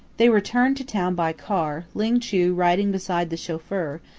they returned to town by car, ling chu riding beside the chauffeur,